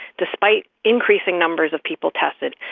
despite increasing numbers of people tested,